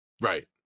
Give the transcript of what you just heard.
Right